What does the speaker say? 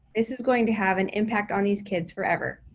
this is going to have an impact on these kids forever.